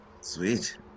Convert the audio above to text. Sweet